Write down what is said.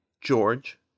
George